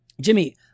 Jimmy